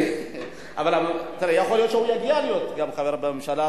יכול להיות שהוא יגיע להיות גם חבר בממשלה,